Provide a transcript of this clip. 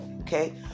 Okay